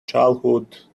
childhood